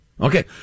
Okay